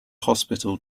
hospital